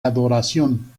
adoración